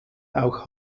auch